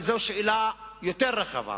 וזו שאלה יותר רחבה,